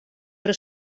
però